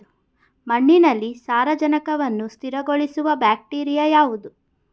ಮಣ್ಣಿನಲ್ಲಿ ಸಾರಜನಕವನ್ನು ಸ್ಥಿರಗೊಳಿಸುವ ಬ್ಯಾಕ್ಟೀರಿಯಾ ಯಾವುದು?